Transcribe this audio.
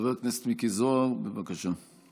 חבר הכנסת מיקי זוהר, בבקשה.